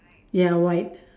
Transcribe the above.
ya white